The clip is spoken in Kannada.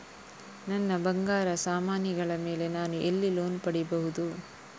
ನನ್ನ ಬಂಗಾರ ಸಾಮಾನಿಗಳ ಮೇಲೆ ನಾನು ಎಲ್ಲಿ ಲೋನ್ ಪಡಿಬಹುದು?